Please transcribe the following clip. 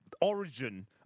origin